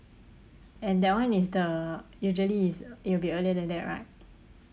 and that one is the usually it's it'll be earlier than that right